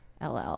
LL